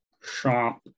shop